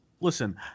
listen